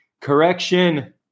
correction